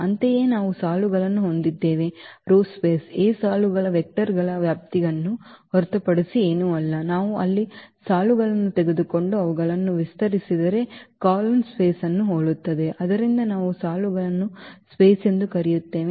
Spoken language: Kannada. ಅಂತೆಯೇ ನಾವು ಸಾಲುಗಳನ್ನು ಹೊಂದಿದ್ದೇವೆ A ಸಾಲುಗಳ ವೆಕ್ಟರ್ ಗಳ ವ್ಯಾಪ್ತಿಯನ್ನು ಹೊರತುಪಡಿಸಿ ಏನೂ ಅಲ್ಲ ನಾವು ಅಲ್ಲಿ ಸಾಲುಗಳನ್ನು ತೆಗೆದುಕೊಂಡು ಅವುಗಳನ್ನು ವಿಸ್ತರಿಸಿದರೆ ಕಾಲಮ್ ಸ್ಪೇಸ್ ವನ್ನು ಹೋಲುತ್ತದೆ ಆದ್ದರಿಂದ ನಾವು ಸಾಲುಗಳನ್ನು ಸ್ಪೇಸ್ ಎಂದು ಕರೆಯುತ್ತೇವೆ